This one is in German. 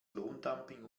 lohndumping